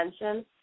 attention